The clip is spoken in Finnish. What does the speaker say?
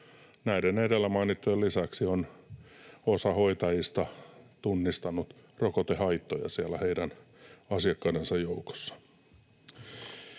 Näiden edellä mainittujen lisäksi on osa hoitajista tunnistanut rokotehaittoja siellä asiakkaidensa joukossa.